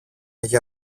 για